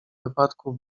wypadku